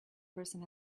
person